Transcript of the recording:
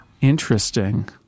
Interesting